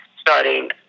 starting